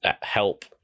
help